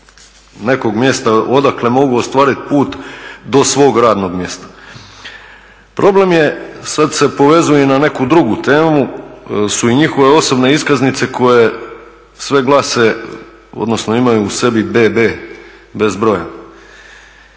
nekog mjesta odakle mogu ostvariti put do svog radnog mjesta. Problem je, sad se povezuje i na neku drugu temu, su i njihove osobne iskaznice koje sve glase, odnosno imaju u sebi …, bez broja.